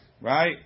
Right